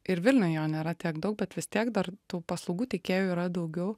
ir vilniuj jo nėra tiek daug bet vis tiek dar tų paslaugų teikėjų yra daugiau